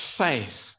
faith